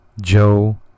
Joe